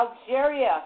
Algeria